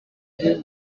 igihe